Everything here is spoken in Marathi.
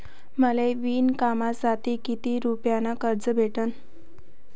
मले विणकामासाठी किती रुपयानं कर्ज भेटन?